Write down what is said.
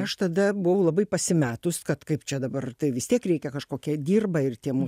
aš tada buvau labai pasimetus kad kaip čia dabar tai vis tiek reikia kažkokią dirba ir tie mūs